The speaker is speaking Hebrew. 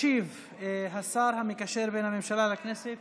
ישיב השר המקשר בין הממשלה לכנסת